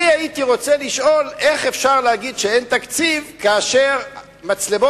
הייתי רוצה לשאול איך אפשר להגיד שאין תקציב כאשר מצלמות